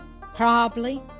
Probably